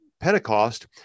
Pentecost